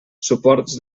suports